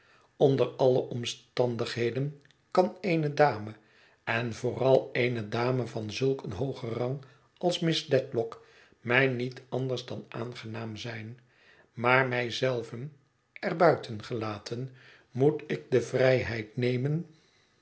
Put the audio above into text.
onder alle omstandigheden kan eene dame en vooral eene dame van zulk een hoogen rang als miss dedlock mij niet anders dan aangenaam zijn maar mij zelven er buiten gelaten moet ik de vrijheid nemen